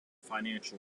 financial